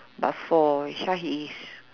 but for himself he is